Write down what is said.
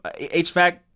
hvac